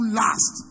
last